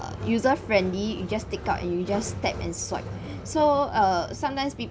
user friendly you just take out and you just tap and swipe so uh sometimes